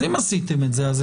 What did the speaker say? אם עשיתם את זה,